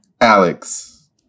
Alex